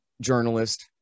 journalist